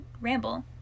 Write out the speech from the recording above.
ramble